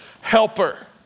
Helper